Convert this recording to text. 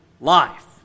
life